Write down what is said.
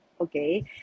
Okay